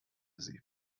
sie